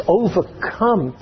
overcome